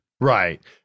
right